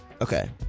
Okay